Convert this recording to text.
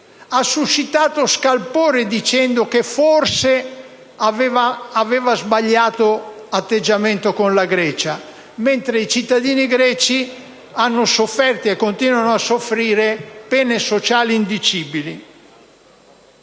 ha suscitato scalpore dicendo che forse aveva sbagliato atteggiamento con la Grecia, mentre i cittadini greci hanno sofferto e continuano soffrire pene sociali indicibili.